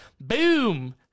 Boom